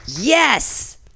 yes